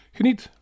Geniet